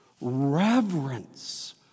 reverence